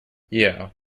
yeah